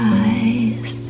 eyes